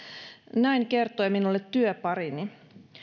näin kertoi minulle työparini